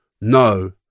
No